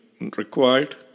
required